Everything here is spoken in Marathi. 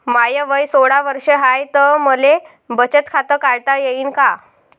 माय वय सोळा वर्ष हाय त मले बचत खात काढता येईन का?